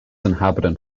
inhabitant